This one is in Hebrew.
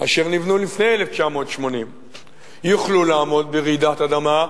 אשר נבנו לפני 1980 יוכלו לעמוד ברעידת אדמה,